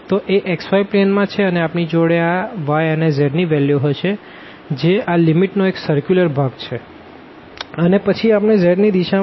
તો એ xy plane માં છે અને આપણી જોડે આ y અને x ની વેલ્યુ હશે જે આ લીમીટ નો એક સર્ક્યુલર ભાગ છે અને પછી આપણે z ની દિશા માં આપણે 0 થી સ્ફીઅર તરફ વધી રહ્યા છે